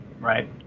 right